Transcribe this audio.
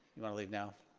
you wanna leave now?